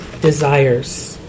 desires